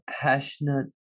passionate